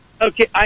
okay